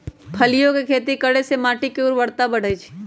फलियों के खेती करे से माटी के ऊर्वरता बढ़ई छई